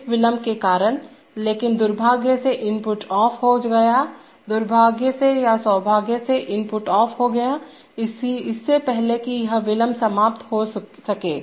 इस विलंब के कारण लेकिन दुर्भाग्य से इनपुट ऑफ हो गया दुर्भाग्य से या सौभाग्य से इनपुट ऑफ हो गया इससे पहले कि यह विलंब समाप्त हो सके